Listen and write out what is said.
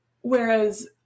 whereas